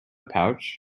pouch